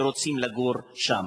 שרוצים לגור שם.